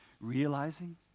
realizing